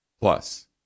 Plus